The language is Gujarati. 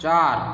ચાર